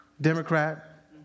Democrat